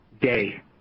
day